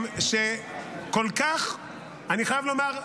אני חייב לומר,